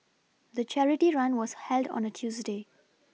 the charity run was held on a Tuesday